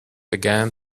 began